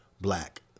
black